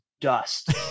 dust